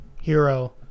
hero